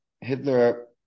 Hitler